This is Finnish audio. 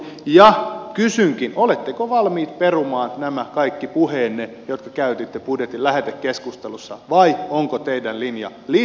kysynkin oletteko valmiit perumaan nämä kaikki puheenne jotka käytitte budjetin lähetekeskustelussa vai onko teidän linjanne lisää velkaa